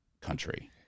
country